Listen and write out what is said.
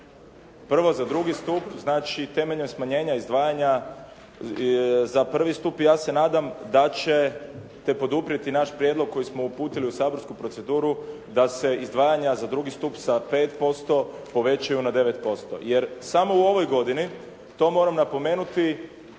prvo za drugi stup temeljem smanjenja izdvajanja za prvi stup i ja se nadam da ćete poduprijeti naš prijedlog koji smo uputili u saborsku proceduru da se izdvajanja za drugi stup sa 5% povećaju na 9% jer samo u ovoj godini, to moram napomenuti,